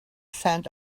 scent